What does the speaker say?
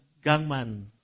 Gangman